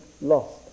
lost